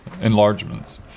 enlargements